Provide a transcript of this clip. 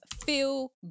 Feel